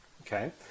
Okay